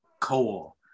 coal